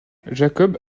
jacob